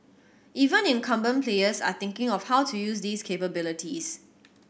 even incumbent players are thinking of how to use these capabilities